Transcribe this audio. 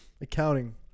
accounting